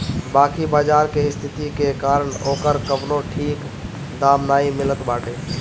बाकी बाजार के स्थिति के कारण ओकर कवनो ठीक दाम नाइ मिलत बाटे